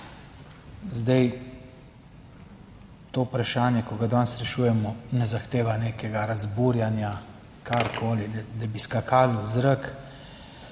To vprašanje, ki ga danes rešujemo, ne zahteva nekega razburjenja, karkoli, da bi skakali v zrak.